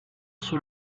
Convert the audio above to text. sur